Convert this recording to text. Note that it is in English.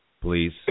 please